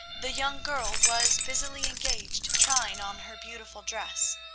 the young girl was busily engaged trying on her beautiful dress.